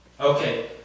Okay